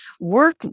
work